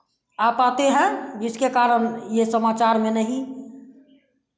आ पाते हैं जिसके कारण यह समाचार में नहीं